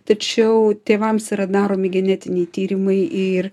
tačiau tėvams yra daromi genetiniai tyrimai ir